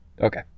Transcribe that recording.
Okay